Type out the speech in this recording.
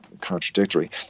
contradictory